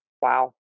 Wow